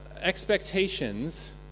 Expectations